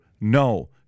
No